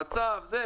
במצב כזה',